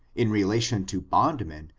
in relation to bondmen,